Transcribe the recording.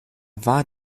war